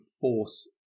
force